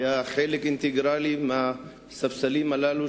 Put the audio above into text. היה חלק אינטגרלי של הספסלים הללו,